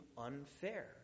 unfair